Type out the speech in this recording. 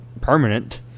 permanent